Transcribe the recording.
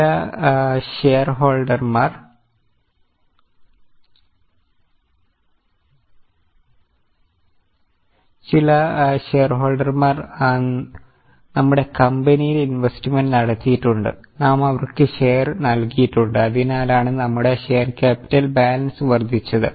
ചില ഷെയർ ഹോൾഡർമാർ നമ്മുടെ കമ്പനിയിൽ ഇൻവെസ്റ്റ്മെന്റ് നടത്തിയിട്ടുണ്ട് നാം അവർക്ക് ഷെയർ നൽകിയിട്ടുണ്ട് അതിനാലാണ് നമ്മുടെ ഷെയർ കാപ്പിറ്റൽ ബാലൻസ് വർദ്ധിച്ചത്